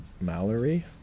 mallory